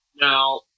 Now